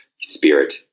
spirit